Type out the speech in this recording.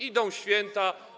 Idą święta.